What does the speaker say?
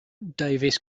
davis